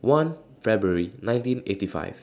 one February nineteen eighty five